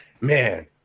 man